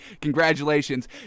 Congratulations